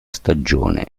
stagione